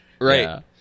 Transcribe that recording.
Right